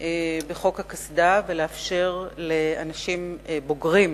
בחוק הקסדה ולאפשר לאנשים בוגרים